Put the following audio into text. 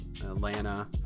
Atlanta